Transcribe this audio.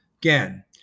Again